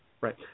Right